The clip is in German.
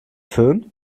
fön